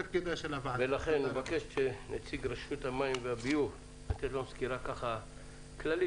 אבקש מנציג רשות המים והביוב לתת לנו סקירה כללית